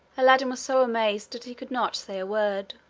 aladdin was so amazed that he could not say a word.